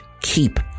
keep